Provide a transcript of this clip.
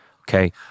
Okay